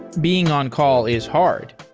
being on-call is hard,